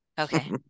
okay